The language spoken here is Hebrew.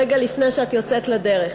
רגע לפני שאת יוצאת לדרך,